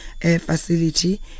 facility